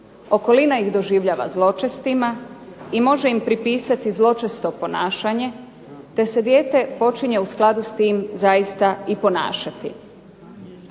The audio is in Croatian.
okolina ih doživljava zločestima i može im pripisati zločesto ponašanje te se dijete počinje u skladu s tim zaista i ponašati.